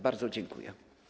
Bardzo dziękuję.